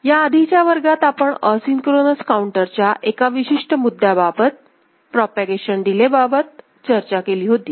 याआधीच्या वर्गात आपण असिंक्रोनस काऊंटर च्या एका विशिष्ट मुद्याबाबत प्रोपागेशन डिले बाबत चर्चा केली होती